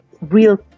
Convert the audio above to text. real